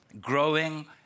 growing